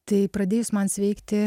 tai pradėjus man sveikti